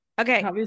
okay